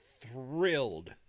thrilled